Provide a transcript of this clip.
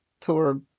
tour